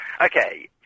okay